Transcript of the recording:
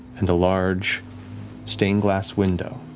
and the large stained glass window